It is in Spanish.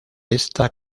esta